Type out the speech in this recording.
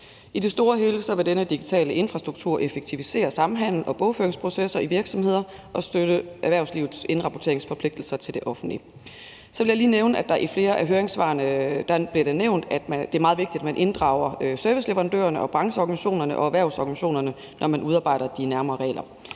I det store hele vil denne digitale infrastruktur effektivisere samhandel og bogføringsprocesser i virksomheder og støtte erhvervslivets indrapporteringsforpligtelser til det offentlige. Så vil jeg lige nævne, at der i flere af høringssvarene bliver nævnt, at det er meget vigtigt, at man inddrager serviceleverandørerne, brancheorganisationerne og erhvervsorganisationerne, når man udarbejder de nærmere regler.